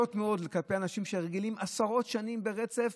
מאוד כלפי אנשים שרגילים עשרות שנים ברצף,